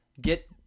get